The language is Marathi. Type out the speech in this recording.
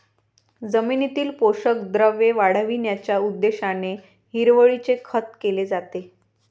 जमिनीतील पोषक द्रव्ये वाढविण्याच्या उद्देशाने हिरवळीचे खत केले जाते